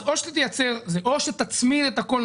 אז או שתצמיד את הכול,